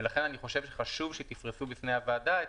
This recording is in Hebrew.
לכן אני חושב שחשוב שתפרסו בפני הוועדה את